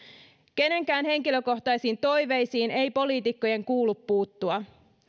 kenenkään henkilökohtaisiin toiveisiin ei poliitikkojen kuulu puuttua